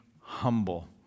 humble